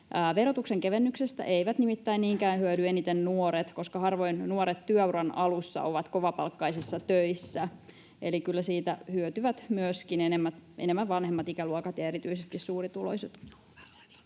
Verotuksen kevennyksestä eivät nimittäin niinkään hyödy eniten nuoret, koska harvoin nuoret työuran alussa ovat kovapalkkaisissa töissä. Eli kyllä siitä hyötyvät myöskin enemmän vanhemmat ikäluokat ja erityisesti suurituloiset.